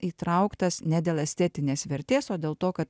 įtrauktas ne dėl estetinės vertės o dėl to kad